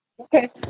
Okay